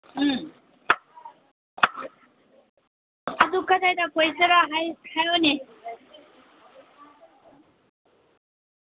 ꯎꯝ ꯑꯗꯨ ꯀꯗꯥꯏꯗ ꯀꯣꯏꯁꯤꯔꯥ ꯍꯥꯏ ꯍꯥꯏꯌꯨꯅꯦ